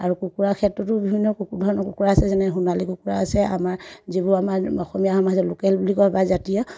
আৰু কুকুৰাৰ ক্ষেত্ৰতো বিভিন্ন ধৰণৰ কুকুৰা আছে যেনে সোণালী কুকুৰা আছে আমাৰ যিবোৰ আমাৰ অসমীয়া সমাজত লোকেল বুলি কয় বা জাতীয়